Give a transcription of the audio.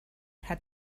had